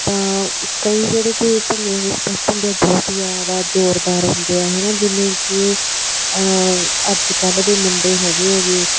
ਤਾਂ ਕਈ ਜਿਹੜੇ ਕਿ ਭੰਗੜੇ ਦੇ ਸਟੈਪ ਹੁੰਦੇ ਹੈ ਬਹੁਤ ਹੀ ਜ਼ਿਆਦਾ ਜੋਰਦਾਰ ਹੁੰਦੇ ਆ ਹੈ ਨਾ ਜਿਵੇਂ ਕਿ ਅੱਜ ਕੱਲ੍ਹ ਦੇ ਮੁੰਡੇ ਹੈਗੇ ਹੈਗੇ